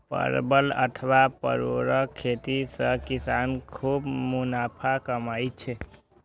परवल अथवा परोरक खेती सं किसान खूब मुनाफा कमा सकै छै